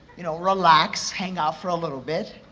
you know relax, hang out for a little bit,